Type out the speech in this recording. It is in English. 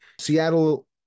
Seattle